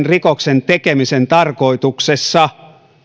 rikoksen tekemisen tarkoituksessa